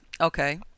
Okay